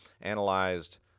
analyzed